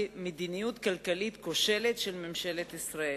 מדיניות כלכלית כושלת של ממשלת ישראל,